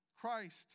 Christ